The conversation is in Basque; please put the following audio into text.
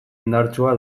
indartsua